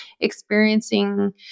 experiencing